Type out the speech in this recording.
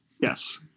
Yes